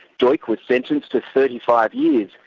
duch like was sentenced to thirty five years,